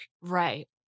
Right